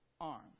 arm